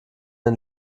den